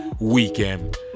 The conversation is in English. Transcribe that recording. weekend